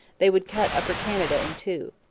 they would cut upper canada in two.